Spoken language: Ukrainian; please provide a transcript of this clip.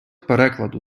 перекладу